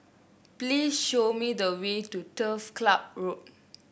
please show me the way to Turf Club Road